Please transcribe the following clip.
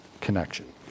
connection